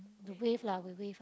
the wave lah the wave